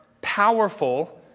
powerful